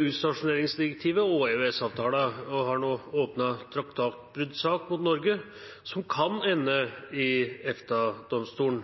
utstasjoneringsdirektivet og EØS-avtalen, og har nå åpnet traktatsbruddsak mot Norge som kan ende i EFTA-domstolen.